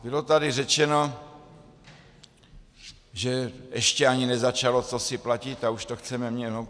Bylo tady řečeno, že ještě ani nezačalo cosi platit, a už to chceme měnit.